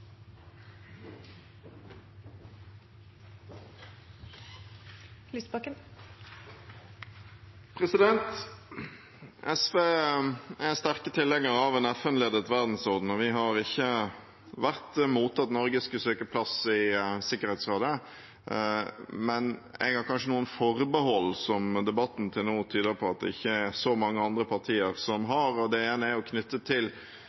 av en FN-ledet verdensorden, og vi har ikke vært mot at Norge skulle søke plass i Sikkerhetsrådet. Men jeg har kanskje noen forbehold som debatten til nå tyder på at det ikke er så mange andre partier som har. Det ene er knyttet til